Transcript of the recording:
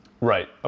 Right